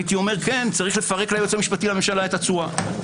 הייתי אומרת: צריך לפרק ליועץ המשפטי לממשלה את הצורה.